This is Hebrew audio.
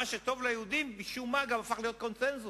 מה שטוב ליהודים משום מה גם הפך להיות קונסנזוס.